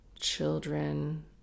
children